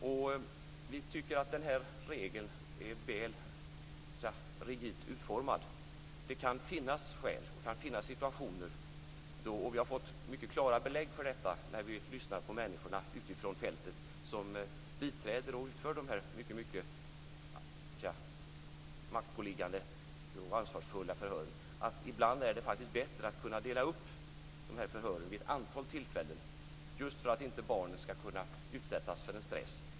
Vi tycker att utformningen av den här regeln är väl rigid. Det kan finnas skäl och situationer då det är så. Vi har fått mycket klara belägg för detta när vi lyssnat på människorna utifrån fältet som biträder och utför dessa maktpåliggande och ansvarsfulla förhör, att ibland är det faktiskt bättre att kunna dela upp dessa förhör på ett antal tillfällen, just för att inte barnen ska utsättas för stress.